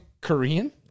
Korean